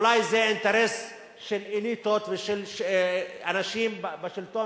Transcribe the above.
אולי זה אינטרס של אליטות ושל אנשים בשלטון